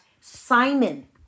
Simon